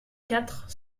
quatre